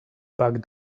back